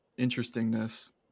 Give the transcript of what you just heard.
interestingness